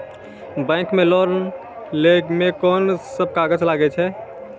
Bank मे loan लै मे कोन सब कागज लागै छै?